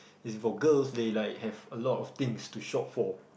it's for girls they like have a lot of things to shop for